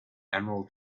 emerald